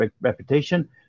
reputation